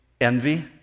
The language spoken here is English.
envy